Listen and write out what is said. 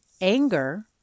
anger